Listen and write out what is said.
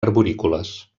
arborícoles